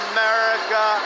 America